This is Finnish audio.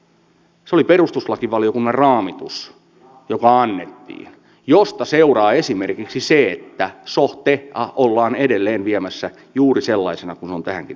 se oli perustuslakivaliokunnan raamitus joka annettiin ja josta seuraa esimerkiksi se että sotea ollaan edelleen viemässä juuri sellaisena kuin se on tähänkin asti ollut